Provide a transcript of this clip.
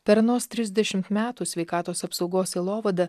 per anuos trisdešimt metų sveikatos apsaugos sielovada